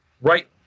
Right